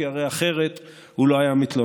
כי הרי אחרת הוא לא היה מתלונן.